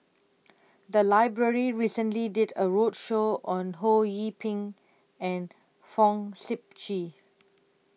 The Library recently did A roadshow on Ho Yee Ping and Fong Sip Chee